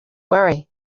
worry